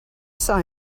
saw